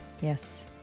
Yes